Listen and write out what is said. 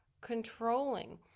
controlling